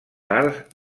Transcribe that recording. arts